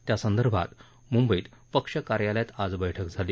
त्यासंदर्भात मुंबईत पक्ष कार्यालयात आज बैठक झाली